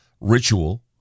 ritual